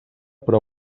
però